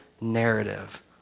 narrative